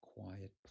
quiet